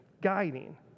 guiding